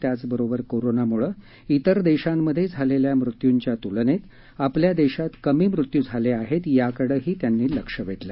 त्याचबरोबर कोरोनामुळे तेर देशांमध्ये झालेल्या मृत्युंच्या तुलनेत आपल्या देशात कमी मृत्यू झाले आहेत याकडे त्यांनी लक्ष वेधले